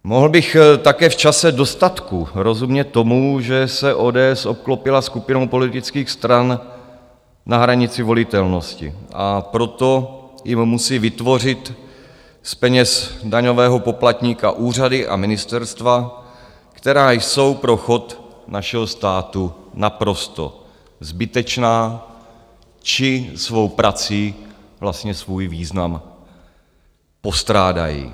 Mohl bych také v čase dostatku rozumět tomu, že se ODS obklopila skupinou politických stran na hranici volitelnosti, a proto jim musí vytvořit z peněz daňového poplatníka úřady a ministerstva, která jsou pro chod našeho státu naprosto zbytečná či svou prací vlastně svůj význam postrádají.